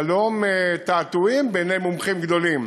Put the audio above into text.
כחלום תעתועים בעיני מומחים גדולים